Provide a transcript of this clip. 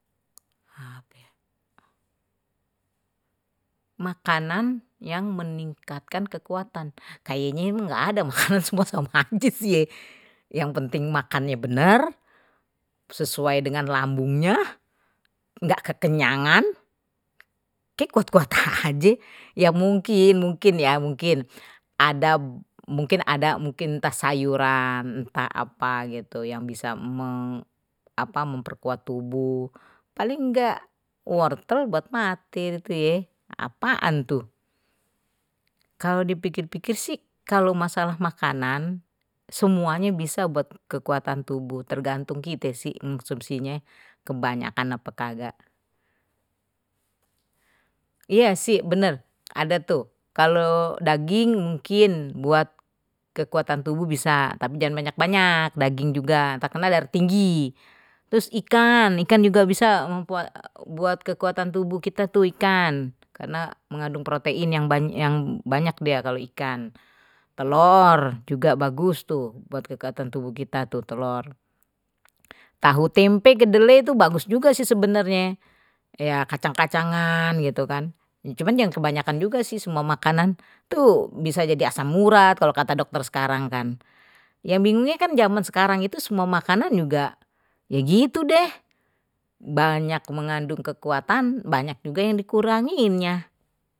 makanan yang meningkatkan kekuatan kayaknya emang nggak ada, makanan semua sama aje ye, yang penting makannya bener sesuai dengan lambungnya nggak kekenyangan, kayaknye kuat kuat aje, ya mungkin mungkin ya mungkin ada mungkin ada mungkin entah sayuran entah apa gitu yang bisa apa memperkuat tubuh paling nggak wortel buat mate itu ya, apaan tuh kalau dipikir-pikir sih kalau masalah makanan semuanya bisa buat kekuatan tubuh tergantung kite sih mengkonsumsinya kebanyakan apa kagak, iya sih bener ada tuh kalau daging mungkin buat kekuatan tubuh bisa tapi jangan banyak-banyak daging juga ntar kena darah tinggi terus ikan ikan juga bisa membuat kekuatan tubuh kita tuh ikan karena mengandung protein yang banyak dia kalau ikan, telur juga bagus tuh buat kekuatan tubuh kita tuh, telur, tahu, tempe kedelai itu bagus juga sih sebenarnya ya kacang-kacangan gitu kan cuman yang kebanyakan juga sih semua makanan tuh bisa jadi asam urat kalau kata dokter sekarang kan yang bingungnya kan zaman sekarang itu semua makanan juga ya gitu deh banyak mengandung kekuatan banyak juga yang dikuranginya.